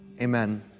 Amen